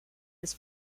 his